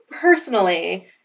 personally